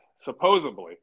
Supposedly